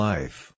Life